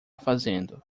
fazendo